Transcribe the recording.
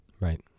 right